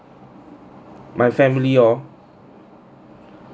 my family hor